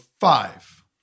five